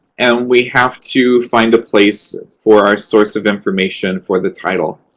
and we have to find a place for our source of information for the title.